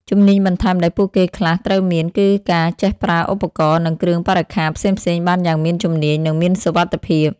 ជំនាញបន្ថែមដែលពួកគេខ្លះត្រូវមាន គឺការចេះប្រើឧបករណ៍ និងគ្រឿងបរិក្ខារផ្សេងៗបានយ៉ាងមានជំនាញ និងមានសុវត្តិភាព។